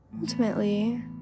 ultimately